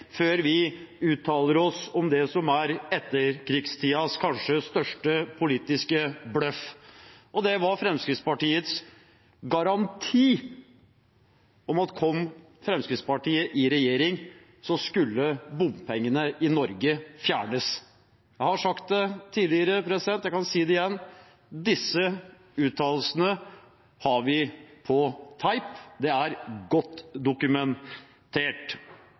før vi uttaler oss om det som er etterkrigstidens kanskje største politiske bløff. Det var Fremskrittspartiets garanti at kom Fremskrittspartiet i regjering, skulle bompengene i Norge fjernes. Jeg har sagt det tidligere, og jeg kan si det igjen: Disse uttalelsene har vi på teip, det er godt dokumentert.